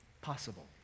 possible